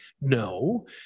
No